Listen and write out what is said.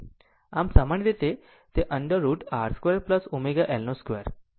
આમ આ સામાન્ય રીતે √ R 2 ω L 2 Im છે